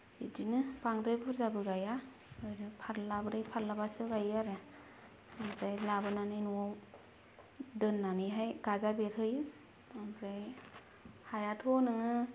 बिदिनो बांद्राय बुरजाबो गाया आरो फाल्लाब्रै फाल्लाबासो गायो आरो ओमफ्राय लाबोनानै न'आव दोन्नानैहाय गाजा बेरहोयो ओमफ्राय हायाथ' नोङो